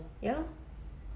ya lor